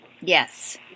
Yes